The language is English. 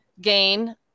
gain